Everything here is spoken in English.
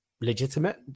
legitimate